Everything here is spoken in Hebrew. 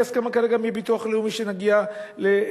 אין לי הסכמה כרגע מהביטוח הלאומי שנגיע להקמת